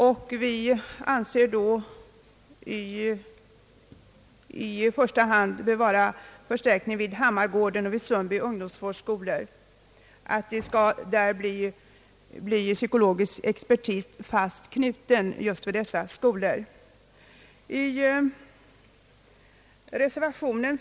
Vi reservanter anser att förstärkningar i första hand bör ske vid Ham margårdens och Sundbo ungdomsvårdsskolor, till vilka psykologisk expertis bör bli fast knuten.